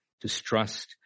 distrust